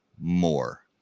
more